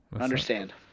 understand